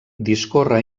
discorre